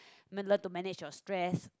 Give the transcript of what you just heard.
m~ learn to manage your stress